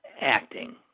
acting